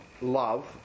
love